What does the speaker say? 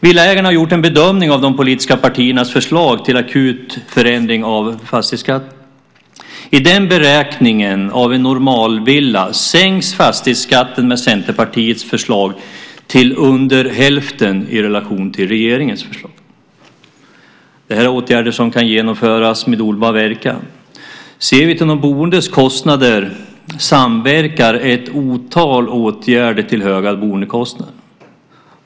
Villaägarna har gjort en bedömning av de politiska partiernas förslag om en akut förändring av fastighetsskatten. I den beräkningen - det gäller en normalvilla - sänks fastighetsskatten med Centerpartiets förslag till under hälften i relation till regeringens förslag. Det här är åtgärder som kan genomföras med omedelbar verkan. Sett till de boendes kostnader samverkar ett otal åtgärder till höga boendekostnader.